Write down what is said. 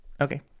okay